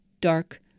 dark